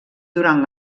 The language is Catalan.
durant